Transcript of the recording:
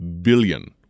billion